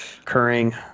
occurring